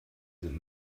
sind